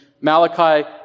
Malachi